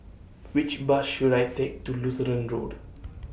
Which Bus should I Take to Lutheran Road